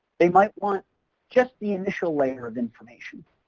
they might want just the initial layer of information.